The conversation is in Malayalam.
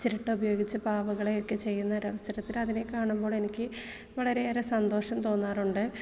ചിരട്ട ഉപയോഗിച്ച് പാവകളെയൊക്കെ ചെയ്യുന്ന ഒരു അവസരത്തിൽ അതിനെ കാണുമ്പോൾ എനിക്ക് വളരെയേറെ സന്തോഷം തോന്നാറുണ്ട്